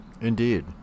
Indeed